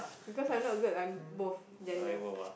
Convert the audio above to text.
because I'm not good I'm both gender